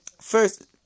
First